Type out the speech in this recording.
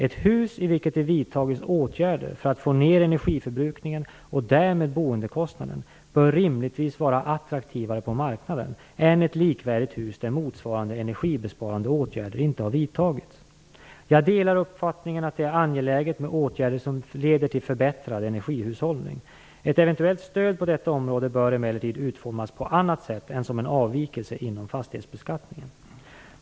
Ett hus, i vilket det vidtagits åtgärder för att få ned energiförbrukningen och därmed boendekostnaden, bör rimligtvis vara attraktivare på marknaden än ett likvärdigt hus där motsvarande energibesparande åtgärder inte vidtagits. Jag delar uppfattningen att det är angeläget med åtgärder som leder till förbättrad energihushållning. Ett eventuellt stöd på detta område bör emellertid utformas på annat sätt än som en avvikelse inom fastighetsbeskattningen.